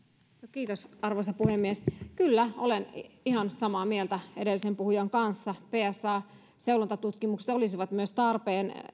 kiitos arvoisa puhemies kyllä olen ihan samaa mieltä edellisen puhujan kanssa psa seulontatutkimukset olisivat myös tarpeen